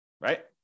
right